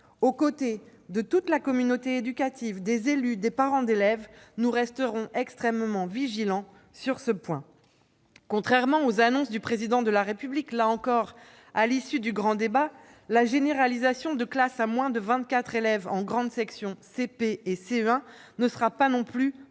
Aux côtés de toute la communauté éducative, des élus et des parents d'élèves, nous resterons extrêmement vigilants sur ce point. Contrairement aux annonces du Président de la République, là encore à l'issue du grand débat, la généralisation de classes à moins de 24 élèves en grande section de maternelle, cours préparatoire-